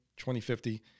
2050